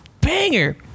banger